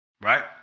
Right